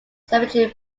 cemetery